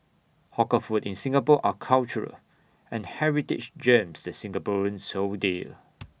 hawker food in Singapore are cultural and heritage gems that Singaporeans sold dear